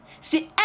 C'est